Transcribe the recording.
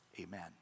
amen